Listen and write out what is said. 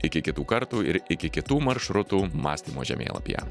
iki kitų kartų ir iki kitų maršrutų mąstymo žemėlapyje